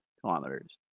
kilometers